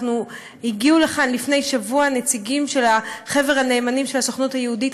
הגיעו לכאן לפני שבוע נציגים של חבר הנאמנים של הסוכנות היהודית,